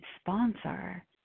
sponsor